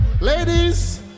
Ladies